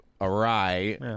awry